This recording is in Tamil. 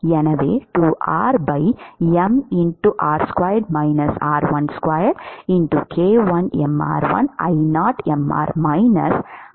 எனவே ஆக இருக்க வேண்டும்